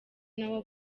nabo